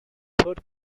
third